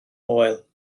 moel